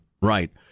right